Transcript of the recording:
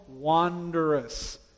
Wanderous